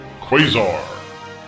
Quasar